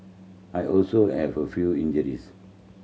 I also have a few injuries